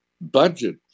budget